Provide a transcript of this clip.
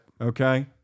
Okay